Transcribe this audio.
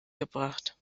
gebracht